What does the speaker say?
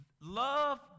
Love